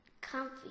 comfy